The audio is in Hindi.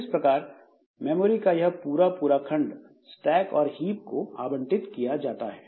इस प्रकार मेमोरी का यह पूरा पूरा खंड स्टैक और हीप को आवंटित किया जाता है